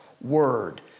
word